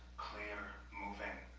clear, moving,